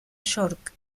york